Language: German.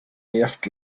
nervt